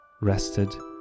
rested